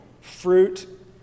fruit